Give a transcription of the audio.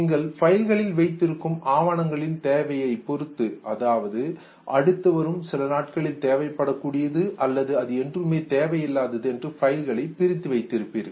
நீங்கள் பைல்களில் வைத்திருக்கும் ஆவணங்களின் தேவையை பொருத்து அதாவது அடுத்து வரும் சில நாட்களில் தேவைப்படக் கூடியது அல்லது அது என்றுமே தேவையில்லாதது என்று பைல்களை பிரித்து வைத்திருப்பீர்கள்